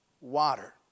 water